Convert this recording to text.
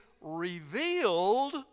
revealed